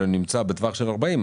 אבל הוא נמצא בטווח של 40 קילומטר,